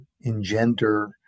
engender